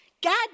God